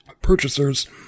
purchasers